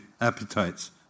appetites